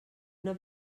una